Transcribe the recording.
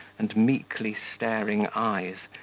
and meekly-staring eyes,